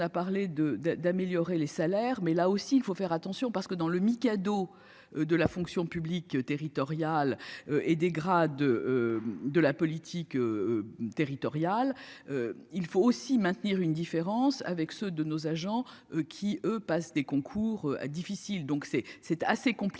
On a parlé de de d'améliorer les salaires mais là aussi il faut faire attention parce que dans le Mikado. De la fonction publique territoriale. Et des grades. De la politique. Territoriale. Il faut aussi maintenir une différence avec ceux de nos agents qui eux passent des concours difficiles, donc c'est, c'est assez compliqué